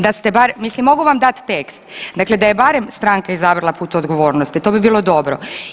Da ste bar, mislim mogu vam dati tekst, dakle da je barem stranka izabrala put odgovornosti to bi bilo dobro.